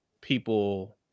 people